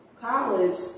college